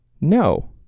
no